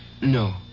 No